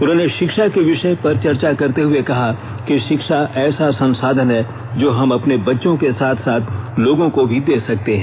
उन्होंने शिक्षा के विषय चर्चा करते हुए कहा कि शिक्षा ऐसा संसाधन है जो हम अपने बच्चों के साथ साथ लोगों को भी दे सकते हैं